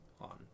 on